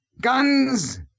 guns